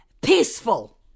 peaceful